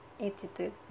attitude